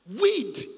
Weed